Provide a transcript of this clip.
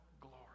glory